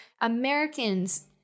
Americans